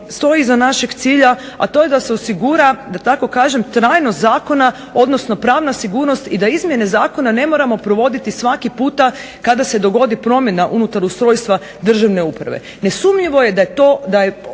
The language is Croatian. stoji iza našeg cilja, a to je da se osigura da tako kažem trajnost zakona, odnosno pravna sigurnost i da izmjene zakona ne moramo provoditi svaki puta kada se dogodi promjena unutar ustrojstva državne uprave. Nesumnjivo je da je ova